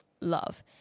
love